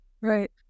Right